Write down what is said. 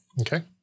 Okay